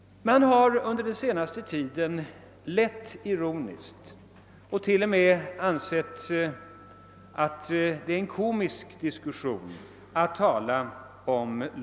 Man har under den senaste tiden lett ironiskt åt diskussionen om lag och ordning och till och med ansett att den är komisk.